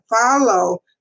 follow